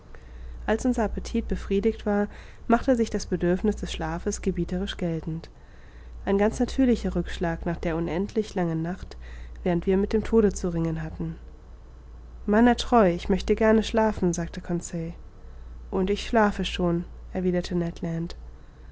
als unser appetit befriedigt war machte sich das bedürfniß des schlafes gebieterisch geltend ein ganz natürlicher rückschlag nach der unendlich langen nacht während wir mit dem tode zu ringen hatten meiner treu ich möchte gerne schlafen sagte conseil und ich schlafe schon erwiderte